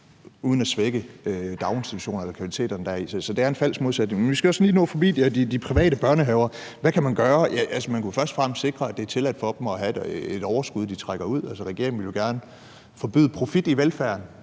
uden at svække daginstitutionerne eller kvaliteterne deri. Så det er en falsk modsætning. Men vi skal også lige nå forbi de private børnehaver. Hvad kan man gøre? Altså, man kunne jo først og fremmest sikre, at det er tilladt for dem at have et overskud, de trækker ud. Regeringen vil gerne forbyde profit i velfærden,